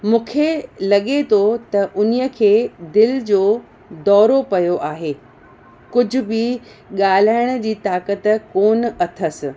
मूंखे लॻे थो त उन्हीअ खे दिलि जो दौरो पियो आहे कुझु बि ॻाल्हाइण जी ताक़तु कोन्ह अथस